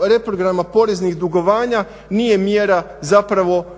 reprograma poreznih dugovanja nije mjera spašavanja